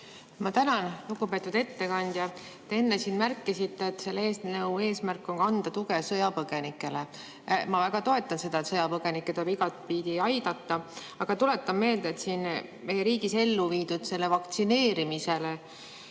Ma tänan! Lugupeetud ettekandja! Te enne siin märkisite, et selle eelnõu eesmärk on anda tuge sõjapõgenikele. Ma väga toetan seda, et sõjapõgenikke tuleb igatpidi aidata. Aga tuletan meelde, et meie riigis elluviidud vaktsineerimise